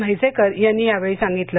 म्हैसेकर यांनी यावेळी सांगितलं